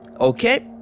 okay